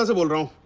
ah window,